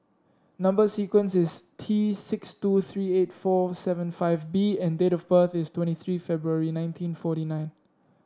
number sequence is T six two three eight four seven five B and date of birth is twenty three February nineteen forty nine